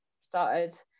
started